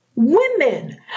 Women